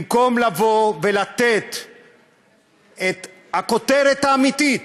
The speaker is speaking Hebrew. במקום לתת את הכותרת האמיתית,